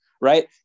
right